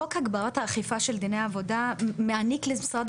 חוק הגברת האכיפה של דיני עבודה מעניק למשרד